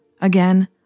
Again